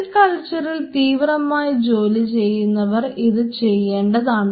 cell കൾച്ചറിൽ തീവ്രമായി ജോലി ചെയ്യുന്നവർ ഇത് ചെയ്യേണ്ടതാണ്